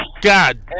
God